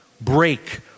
break